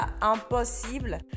impossible